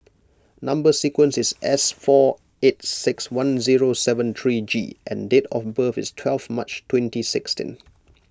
Number Sequence is S four eight six one zero seven three G and date of birth is twelve March twenty sixteen